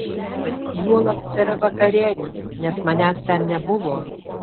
juolab per vakarėlį nes manęs ten nebuvo